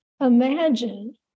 Imagine